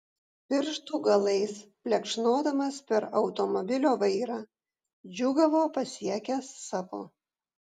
pirštų galais plekšnodamas per automobilio vairą džiūgavo pasiekęs savo